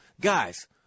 guys